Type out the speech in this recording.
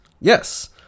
Yes